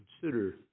consider